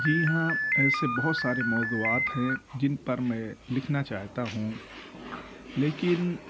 جی ہاں ایسے بہت سارے موضوعات ہیں جن پر میں لکھنا چاہتا ہوں لیکن